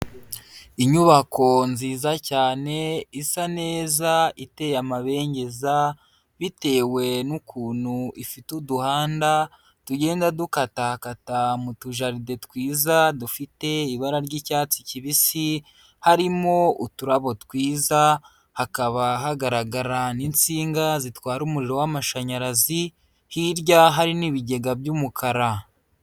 Inyubako nziza cyane isa neza iteye amabengeza, bitewe n'ukuntu ifite uduhanda tugenda dukatakata mu tujaride twiza dufite ibara ry'icyatsi kibisi, harimo uturabo twiza hakaba hagaragara n'insinga zitwara umuriro w'amashanyarazi, hirya hari n'ibigega by'umukara.